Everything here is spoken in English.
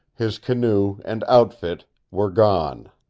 his canoe and outfit were gone!